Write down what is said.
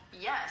Yes